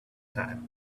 time